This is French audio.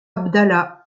abdallah